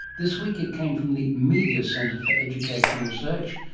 this week it came from the media centre for educational research,